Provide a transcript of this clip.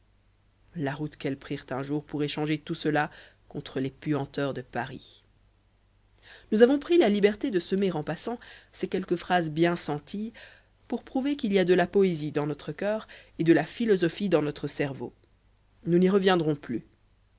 la route qu'elles prirent un jour pour échanger tout cela contre les puanteurs de paris nous avons pris la liberté de semer en passant ces quelques phrases bien senties pour prouver qu'il y a de la poésie dans notre coeur et de la philosophie dans notre cerveau nous n'y reviendrons plus